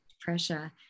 Pressure